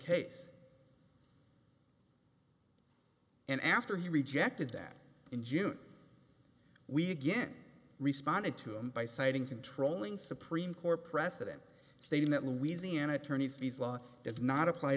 case and after he rejected that in june we again responded to him by citing controlling supreme court precedent stating that louisiana attorney's fees law does not apply